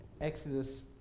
Exodus